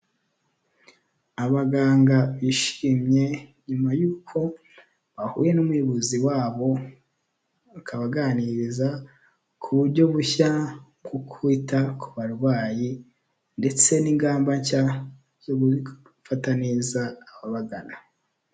Abaganga bishimye nyuma y'uko bahuye n'umuyobozi wabo, bakabaganiriza ku buryo bushya bwo kwita ku barwayi ndetse n'ingamba nshya zo gufata neza ababagana.